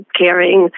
caring